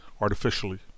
artificially